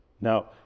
Now